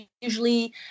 usually